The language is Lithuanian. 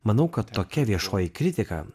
manau kad tokia viešoji kritika